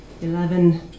eleven